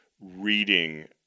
reading